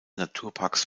naturparks